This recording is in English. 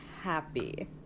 happy